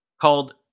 called